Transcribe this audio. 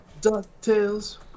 DuckTales